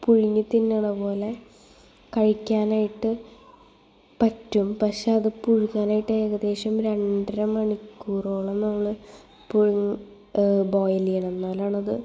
പുഴുങ്ങി തിന്നണ പോലെ കയിക്കാനായിട്ട് പറ്റും പക്ഷേ അത് പുഴുങ്ങാനായിട്ട് ഏകദേശം രണ്ടര മണിക്കൂറോളം നമ്മൾ പുഴങ് ഏഹ് ബോയിൽ ചെയ്യണം എന്നാലാണത്